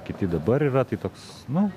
kiti dabar yra tai toks nu